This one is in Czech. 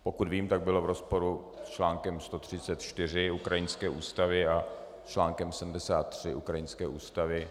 Pokud vím, tak bylo v rozporu s článkem 134 ukrajinské ústavy a s článkem 73 ukrajinské ústavy.